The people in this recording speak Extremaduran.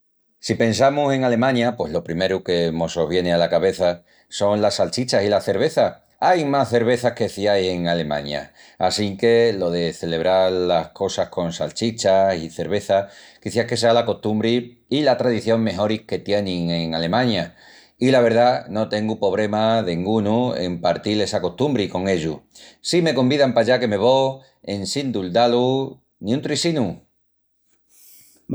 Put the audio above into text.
Si pensamus en Alemaña pos lo primeru que mo sos vieni ala cabeça son las salchichas i la cerveza, ain más cervezas que ciais en Alemaña. Assinque lo de celebral las cosas con salchichas i cerveza quiciás que sea la costumbri i la tradición mejoris que tienin en Alemaña. I la verdá, no tengu pobrema dengunu el partil essa costumbri con ellus. Si me convidan pallá que me vó en sin duldá-lu ni un trisinu.